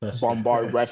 bombard